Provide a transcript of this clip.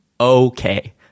okay